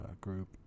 group